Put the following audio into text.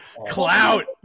Clout